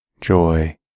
joy